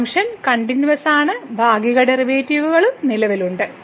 function കണ്ടിന്യൂവസ്സാണ് ഭാഗിക ഡെറിവേറ്റീവുകളും നിലവിലുണ്ട്